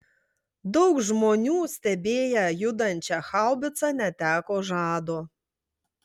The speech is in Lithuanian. daug žmonių stebėję judančią haubicą neteko žado